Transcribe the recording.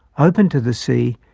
open to the sea,